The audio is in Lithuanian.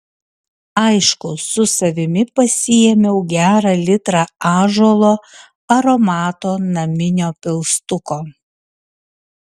aišku su savimi pasiėmiau gerą litrą ąžuolo aromato naminio pilstuko